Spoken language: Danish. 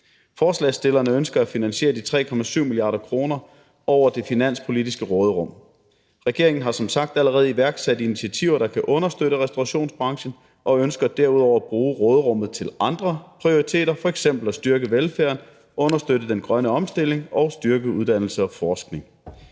Forslagsstillerne ønsker at finansiere de 3,7 mia. kr. over det finanspolitiske råderum. Regeringen har som sagt allerede iværksat initiativer, der kan understøtte restaurationsbranchen, og ønsker derudover at bruge råderummet til andre prioriteter, f.eks. at styrke velfærden og understøtte den grønne omstilling og styrke uddannelse og forskning.